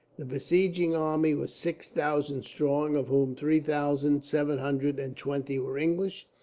the besieging army was six thousand strong of whom three thousand, seven hundred and twenty were english.